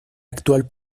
actual